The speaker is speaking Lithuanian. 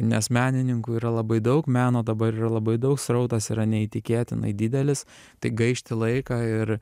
nes menininkų yra labai daug meno dabar yra labai daug srautas yra neįtikėtinai didelis tai gaišti laiką ir